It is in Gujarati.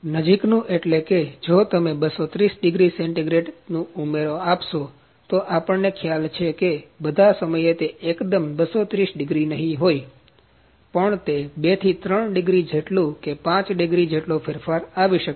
નજીકનું એટલે કે જો તમે 230 ડિગ્રી સેન્ટિગ્રેડસcentigrade'sનું ઉમેરો આપો તો આપણને ખ્યાલ છે કે તે બધા સમયે એક્દમ 230 ડિગ્રી નહિ હોય પણ તે 2 થી 3 ડિગ્રી જેટલું કે 5 ડિગ્રી જેટલો ફેરફાર આવી શકે